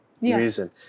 reason